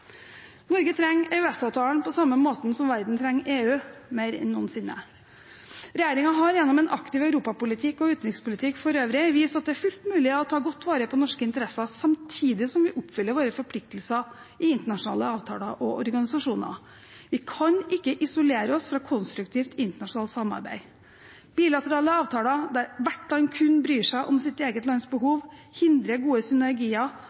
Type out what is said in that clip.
Norge trenger EØS-avtalen på samme måte som verden trenger EU, mer enn noensinne. Regjeringen har gjennom en aktiv europapolitikk og utenrikspolitikk for øvrig vist at det er fullt mulig å ta godt vare på norske interesser samtidig som vi oppfyller våre forpliktelser i internasjonale avtaler og organisasjoner. Vi kan ikke isolere oss fra konstruktivt internasjonalt samarbeid. Bilaterale avtaler der hvert land kun bryr seg om sitt eget lands behov, hindrer gode synergier